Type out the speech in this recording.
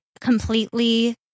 completely